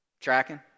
Tracking